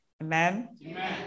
Amen